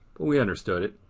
but we understood it.